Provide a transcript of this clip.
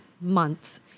month